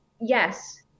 yes